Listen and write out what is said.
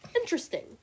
interesting